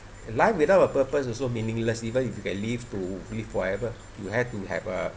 live without a purpose also meaningless even if you can live to be forever you had to have a